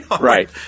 right